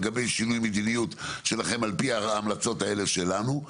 לגבי שינוי המדיניות שלכם על פי ההמלצות האלה שלנו.